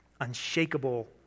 Unshakable